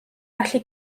gallu